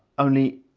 only,